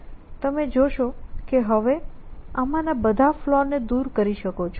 તમે જોશો કે હવે આમાં ના બધા ફલૉ ને દૂર કરી શકો છો